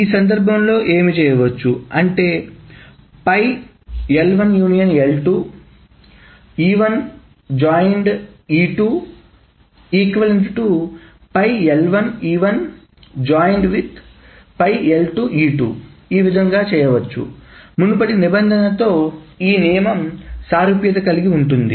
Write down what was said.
ఈ సందర్భంలోఏమిచేయవచ్చు అంటే ఈ విధముగా చేయవచ్చు మునుపటి నిబంధనతో ఈ నియమం సారూప్యత కలిగి ఉంటుంది